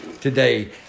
today